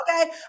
Okay